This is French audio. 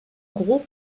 gros